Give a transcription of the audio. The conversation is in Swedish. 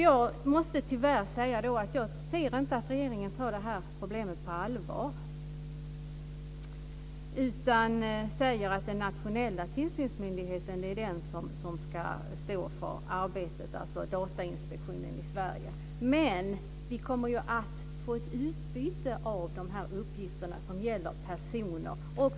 Jag måste tyvärr säga att jag inte ser att regeringen tar det här problemet på allvar. Man säger att det är den nationella tillsynsmyndigheten, dvs. Datainspektionen i Sverige, som ska stå för arbetet. Men vi kommer ju att få ett utbyte av de uppgifter som gäller personer.